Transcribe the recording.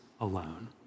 alone